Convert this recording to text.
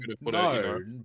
no